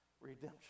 Redemption